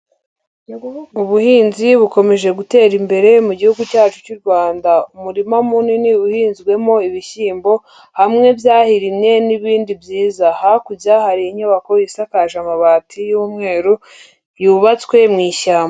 Ubuhinzi bukomeje gutera imbere mu gihugu cyacu cy'u Rwanda, umurima munini uhinzwemo ibishyimbo hamwe byahirimye n'ibindi byiza, hakurya hari inyubako isakaje amabati y'umweru yubatswe mu ishyamba.